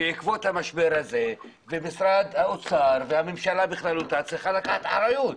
בעקבות המשבר הזה ומשרד האוצר והממשלה בכללותה צריכה לקחת אחריות.